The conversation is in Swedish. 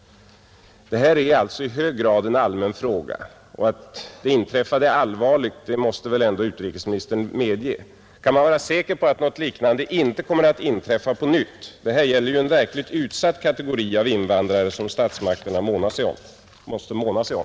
Det gäller alltså i hög grad en allmän fråga, och att det inträffade är allvarligt måste väl ändå utrikesministern medge. Kan man vara säker på att något liknande inte kommer att inträffa på nytt? Det gäller ju en verkligt utsatt kategori av invandrare, som statsmakterna måste måna sig om.